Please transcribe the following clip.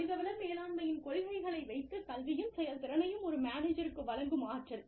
மனிதவள மேலாண்மையின் கொள்கைகளை வைத்து கல்வியும் செயல் திறனையும் ஒரு மேனேஜருக்கு வழங்கும் ஆற்றல்